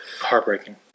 heartbreaking